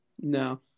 No